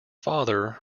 father